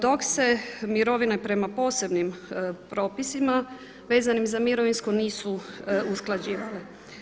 Dok se mirovine prema posebnim propisima vezanim za mirovinsko nisu usklađivale.